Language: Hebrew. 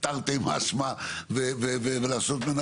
תרתי משמע, ולעשות ממנו.